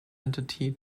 entity